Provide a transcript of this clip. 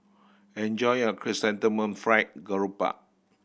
enjoy your Chrysanthemum Fried Garoupa